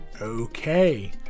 Okay